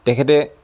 তেখেতে